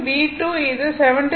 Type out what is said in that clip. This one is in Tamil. V2 இது 76